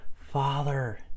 father